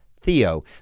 Theo